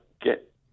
get